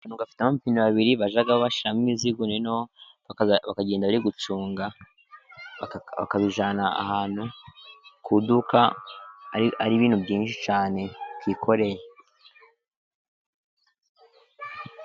Akantu gafite amapine abiri bajya bashyiramo imizigo noneho bakagenda bari gucunga, bakabijyana ahantu ku duka, ari ibintu byinshi cyane bikoreye.